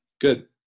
Good